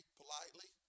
politely